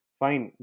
fine